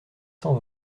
cent